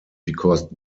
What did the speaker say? because